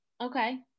Okay